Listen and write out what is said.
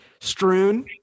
Strewn